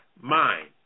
mind